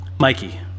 Mikey